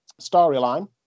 storyline